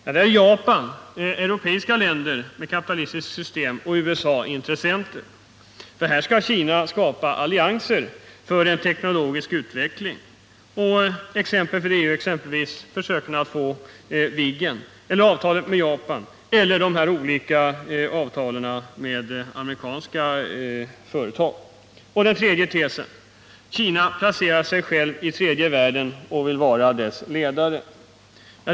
Där är Japan, europeiska länder med kapitalistiska system och USA intressenter. Här skall Kina skapa allianser för en teknologisk utveckling. Exempel på detta är försöken att åstadkomma avtal i fråga om Viggen, avtal med Japan eller de olika avtalen med amerikanska företag. Den tredje tesen: Kina placerar sig självt i tredje världen och vill vara dess ledare.